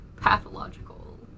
pathological